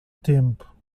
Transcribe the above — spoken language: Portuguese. tempo